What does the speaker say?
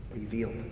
revealed